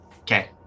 Okay